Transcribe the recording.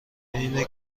اینه